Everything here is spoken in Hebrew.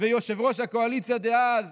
ויושב-ראש הקואליציה דאז